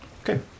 Okay